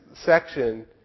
section